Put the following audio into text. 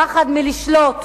פחד מלשלוט,